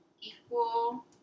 equal